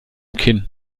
kinn